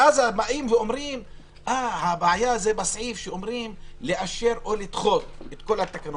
ואז באים ואומרים שהבעיה היא בכך שאפשר לאשר או לדחות את כל התקנות,